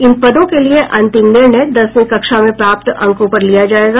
इन पदों के लिये अंतिम निर्णय दसवीं कक्षा में प्राप्त अंकों पर लिया जायेगा